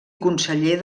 conseller